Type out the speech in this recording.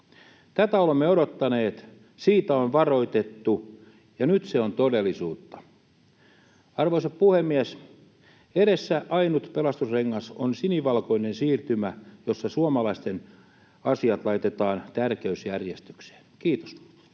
Tätä olemme odottaneet, siitä on varoitettu, ja nyt se on todellisuutta. Arvoisa puhemies! Edessä ainut pelastusrengas on sinivalkoinen siirtymä, jossa suomalaisten asiat laitetaan tärkeysjärjestykseen. — Kiitos.